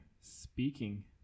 speaking